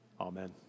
Amen